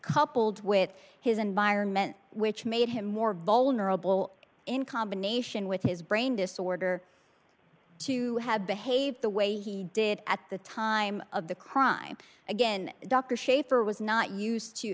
coupled with his environment which made him more vulnerable in combination with his brain disorder to have behaved the way he did at the time of the crime again dr shafer was not used to